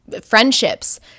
friendships